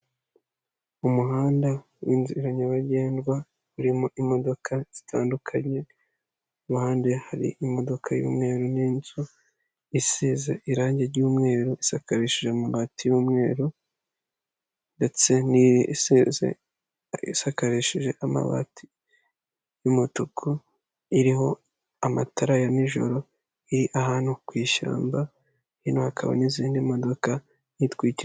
Umuhanda w'inzira nyabagendwa urimo imodoka zitandukanye iruhande hari imodoka y'umweru n'inzu isize irang ry'umweru, isakarishije umubati y'umweru ndetse n'iyisize isakarishije amabati y'umutuku iriho amatara ya nijoro, iri ahantu ku ishyamba hino hakaba n'izindi modoka.